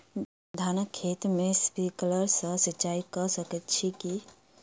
धानक खेत मे स्प्रिंकलर सँ सिंचाईं कऽ सकैत छी की?